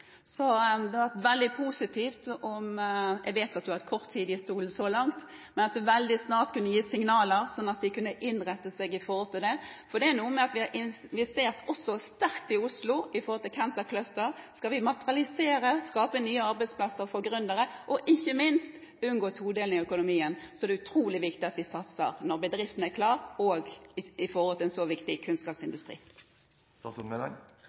så det hadde vært veldig positivt om statsråden – jeg vet at hun har sittet kort tid i statsrådsstolen – veldig snart kunne gi signaler sånn at de kunne innrettet seg etter det. Vi har investert sterkt i Oslo Cancer Cluster. Skal vi materialisere, skape nye arbeidsplasser for gründere, og ikke minst unngå en todeling av økonomien, er det utrolig viktig at vi satser når bedriftene er klare når det gjelder en så viktig kunnskapsindustri. Oslo Cancer Cluster var, så